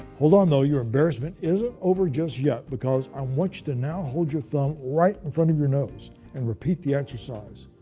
hold on though, your embarrassment isn't over just yet because i want you to now hold your thumb right in front of your nose and repeat the exercise.